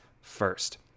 first